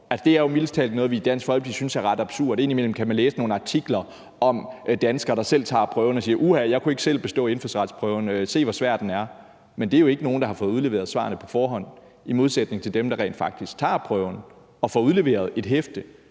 Det er mildest talt noget, vi i Dansk Folkeparti synes er ret absurd. Indimellem kan man læse nogle artikler om danskere, der selv tager prøven og siger: Uha, jeg kunne ikke selv bestå indfødsretsprøven; se, hvor svær den er. Men det er jo ikke nogen, der har fået udleveret svarene på forhånd, i modsætning til dem, der rent faktisk tager prøven og får udleveret et hæfte